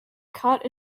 caught